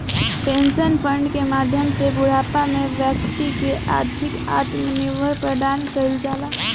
pension fund के माध्यम से बूढ़ापा में बैक्ति के आर्थिक आत्मनिर्भर प्रदान कईल जाला